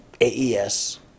AES